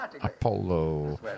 Apollo